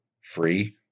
free